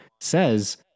says